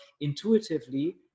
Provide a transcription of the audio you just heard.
intuitively